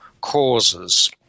causes